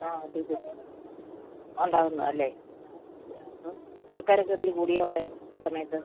ആ അത്യാവശ്യം ഉണ്ടാക്കുന്നതാണ് അല്ലേ ആ ശരി അപ്പോൾ ആൾക്കാരൊക്ക എത്തി കൂടിയോ അവിടെ സമയത്ത്